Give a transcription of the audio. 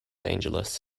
angeles